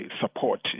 support